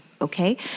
okay